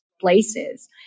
places